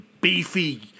beefy